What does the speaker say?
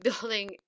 building